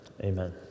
amen